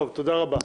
תודה רבה.